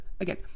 Again